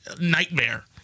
nightmare